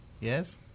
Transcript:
yes